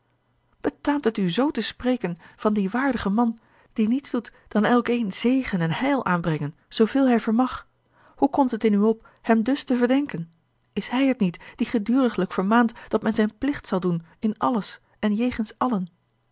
betaamt het u zoo te spreken van dien waardigen man die niets doet dan elkeen zegen en heil aanbrengen zooveel hij vermag hoe komt het in u op hem dus te verdenken is hij het niet die geduriglijk vermaant dat men zijn plicht zal doen in alles en jegens allen